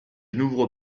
n’ouvre